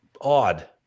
odd